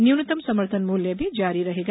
न्यूनतम समर्थन मूल्य भी जारी रहेगा